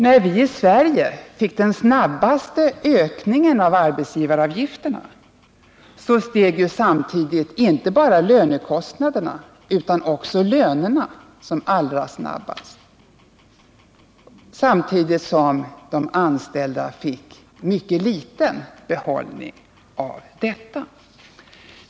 När vi i Sverige fick den snabbaste ökningen av arbetsgivaravgifterna så steg på samma gång inte bara lönekostnaderna utan också lönerna som allra snabbast, samtidigt som de anställda fick en mycket liten behållning av detta.